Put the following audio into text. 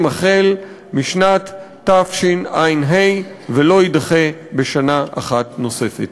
החל משנת תשע"ה ולא יידחה בשנה אחת נוספת.